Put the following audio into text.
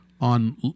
on